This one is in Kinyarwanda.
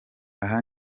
aha